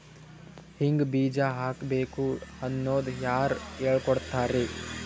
ಹಿಂಗ್ ಬೀಜ ಹಾಕ್ಬೇಕು ಅನ್ನೋದು ಯಾರ್ ಹೇಳ್ಕೊಡ್ತಾರಿ?